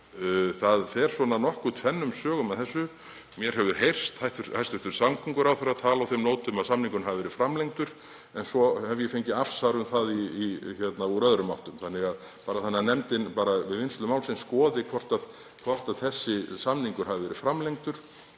Það fer tvennum sögum af því. Mér hefur heyrst hæstv. samgönguráðherra tala á þeim nótum að samningurinn hafi verið framlengdur en svo hef ég fengið afsvar um það úr öðrum áttum. Bara þannig að nefndin skoði við vinnslu málsins hvort þessi samningur hafi verið framlengdur